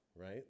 right